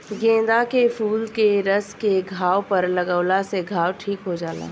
गेंदा के फूल के रस के घाव पर लागावला से घाव ठीक हो जाला